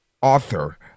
author